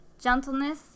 gentleness